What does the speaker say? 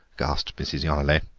gasped mrs. yonelet.